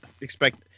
expect